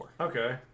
Okay